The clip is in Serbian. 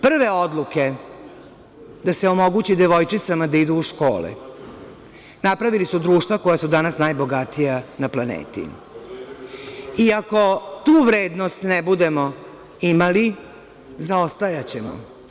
Prve odluke da se omogući devojčicama da idu u škole napravila su društva koja su danas najbogatija na planeti i ako tu vrednost ne budemo imali, zaostajaćemo.